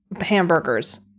hamburgers